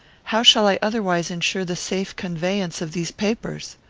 how shall i otherwise insure the safe conveyance of these papers?